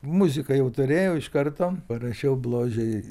muziką jau turėjau iš karto parašiau bložei